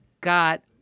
got